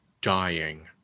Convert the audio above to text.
dying